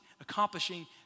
accomplishing